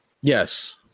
Yes